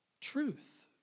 truth